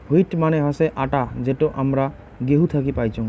wheat মানে হসে আটা যেটো হামরা গেহু থাকি পাইচুং